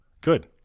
Good